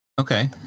Okay